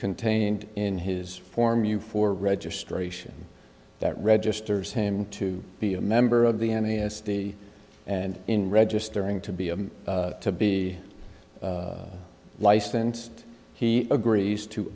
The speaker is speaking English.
contained in his form you for registration that registers him to be a member of the n a s d and in registering to be a to be licensed he agrees to